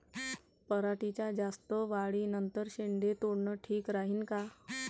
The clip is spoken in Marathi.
पराटीच्या जास्त वाढी नंतर शेंडे तोडनं ठीक राहीन का?